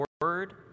word